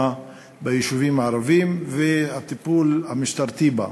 ביישובים הערביים והטיפול המשטרתי בה.